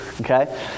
okay